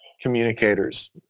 communicators